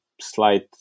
slight